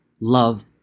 love